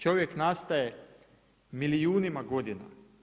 Čovjek nastaje milijunima godina.